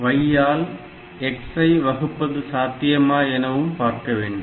Y ஆல் x ஐ வகுப்பது சாத்தியமா எனவும் பார்க்க வேண்டும்